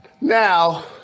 Now